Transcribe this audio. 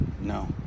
no